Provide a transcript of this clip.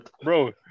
bro